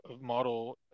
model